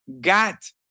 got